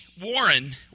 Warren